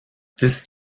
this